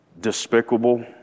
despicable